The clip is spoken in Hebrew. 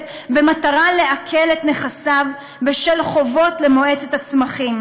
במטרה לעקל את נכסיו בשל חובות למועצת הצמחים,